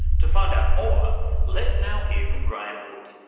to find out more let's now hear from graeme wood,